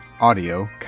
Audio